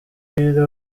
umupira